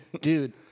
Dude